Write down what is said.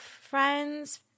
friend's